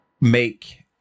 make